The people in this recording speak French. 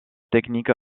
technique